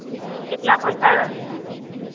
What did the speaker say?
कितना पैसा